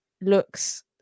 looks